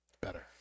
better